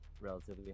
relatively